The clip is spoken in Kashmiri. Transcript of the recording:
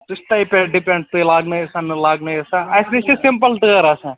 سُہ چھُ تۅہہِ پٮ۪ٹھ ڈِپٮ۪نٛڈ تُہۍ لاگ نٲوۍ ہُسا نہَ لاگ نٲوہُسا اَسہِ نِش چھِ سِمپُل ٹٲر آسان